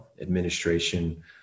administration